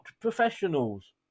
professionals